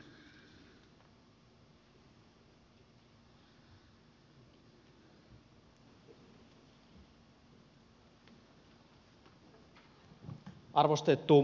arvostettu puhemies